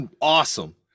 Awesome